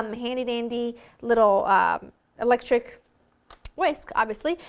um handy dandy little electric whisk, obviously,